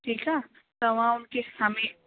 ठीकु आहे तव्हां हुनखे हमे